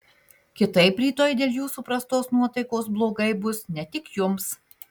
kitaip rytoj dėl jūsų prastos nuotaikos blogai bus ne tik jums